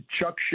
Chuck